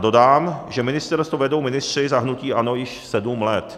Dodám, že ministerstvo vedou ministři za hnutí ANO již sedm let.